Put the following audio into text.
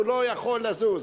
הוא לא יכול לזוז.